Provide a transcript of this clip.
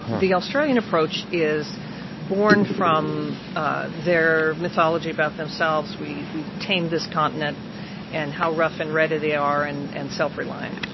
the australian approach is borne from ah their mythology about themselves. we've we've tamed this continent and how rough and ready they are and and self-reliant.